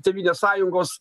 tėvynės sąjungos